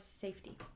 safety